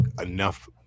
enough